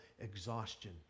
exhaustion